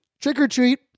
trick-or-treat